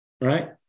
right